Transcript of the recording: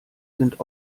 sind